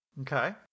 Okay